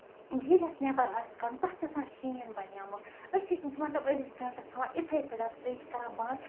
یہِ اَسہِ نیبر آسہِ کَرُن تَتھ چھُ آسان شیٖن بَنیومُت أسۍ چھِ مطلب أڑس گَنٹَس تھاوان یِتھٕے پٲٹھۍ فرج کران بَند